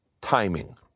timing